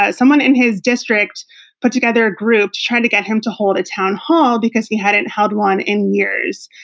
ah someone in his district put together a group to try to get him to hold a town hall because he hadn't held one in years.